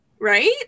right